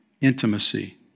intimacy